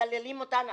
מקללים אותנו.